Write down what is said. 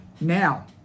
Now